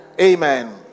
Amen